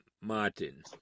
Martin